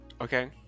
Okay